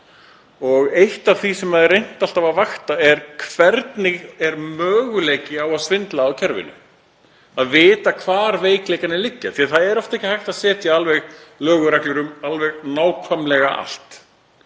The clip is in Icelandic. Eitt af því sem alltaf er reynt að vakta er: Hvernig er mögulegt á að svindla á kerfinu? Að vita hvar veikleikarnir liggja, því að það er oft ekki alveg hægt að setja lög og reglur um alveg nákvæmlega allt,